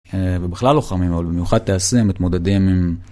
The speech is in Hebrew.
ובכלל לא חמים מאוד, במיוחד טייסים מתמודדים עם